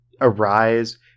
arise